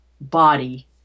body